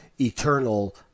eternal